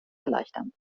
erleichtern